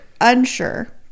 unsure